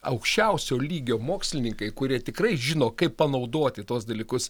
aukščiausio lygio mokslininkai kurie tikrai žino kaip panaudoti tuos dalykus